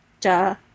Duh